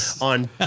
on